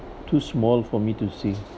too small for me to see